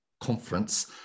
conference